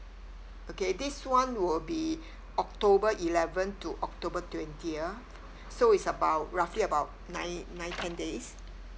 okay this [one] will be october eleventh to october twentieth so it's about roughly about nine nine ten days